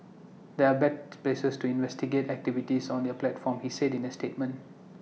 they are best places to investigate activities on their platform he said in A statement